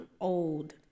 old